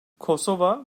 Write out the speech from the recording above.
kosova